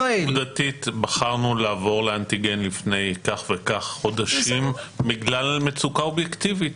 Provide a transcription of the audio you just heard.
בחרנו לעבור לאנטיגן לפני כך וכך חודשים בגלל מצוקה אובייקטיבית